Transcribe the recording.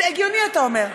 הגיוני, אתה אומר.